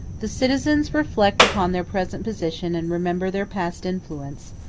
the citizens reflect upon their present position and remember their past influence,